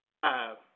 five